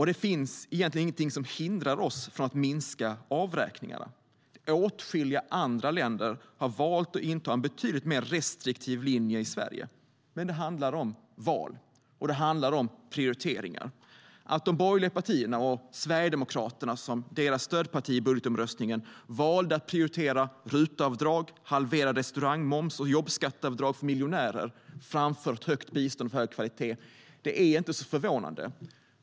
Det finns egentligen ingenting som hindrar oss från att minska avräkningarna. Åtskilliga andra länder har valt en betydligt mer restriktiv linje än Sverige. Det handlar om val och prioriteringar. Att de borgerliga partierna och Sverigedemokraterna - deras stödparti i budgetomröstningen - valde att prioritera RUT-avdrag, halverad restaurangmoms och jobbskatteavdrag för miljonärer framför ett högt bistånd av hög kvalitet är inte så förvånande.